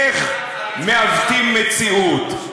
איך מעוותים מציאות?